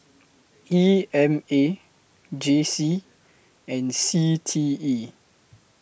E M A J C and C T E